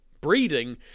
breeding